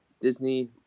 Disney